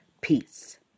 Peace